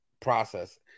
process